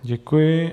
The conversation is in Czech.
Děkuji.